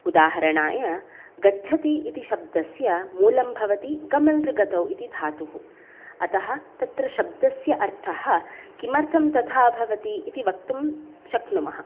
उदाहरणाय गच्छति इति शब्दस्य मूलं भवति गम्लृ गतौ इति धातुः अतः तत्र शब्दस्य अर्थः किमर्थं तथा भवति इति वक्तुं शक्नुमः